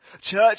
Church